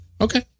Okay